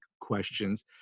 questions